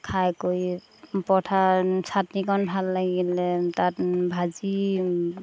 খাই কৰি পৰঠাৰ চাটনিকণ ভাল লাগিলে তাত ভাজি